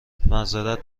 معظرت